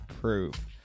proof